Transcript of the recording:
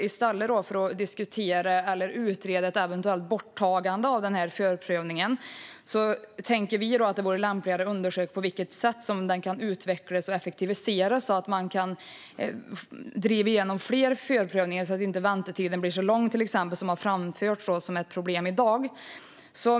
I stället för att diskutera eller utreda ett borttagande av förprövningen tänker vi att det vore lämpligare att undersöka på vilket sätt den kan utvecklas och effektiviseras så att man kan driva igenom fler förprövningar. Då blir inte väntetiden så lång, vilket har framförts som ett problem i dag.